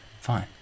fine